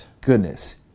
goodness